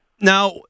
Now